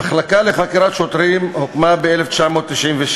המחלקה לחקירות שוטרים הוקמה ב-1996